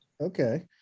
okay